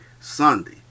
Sunday